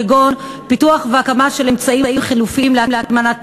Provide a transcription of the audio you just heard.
כגון פיתוח והקמה של אמצעים חלופיים להטמנת פסולת,